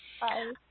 Bye